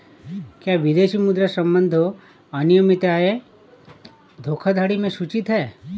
क्या विदेशी मुद्रा संबंधी अनियमितताएं धोखाधड़ी में सूचित हैं?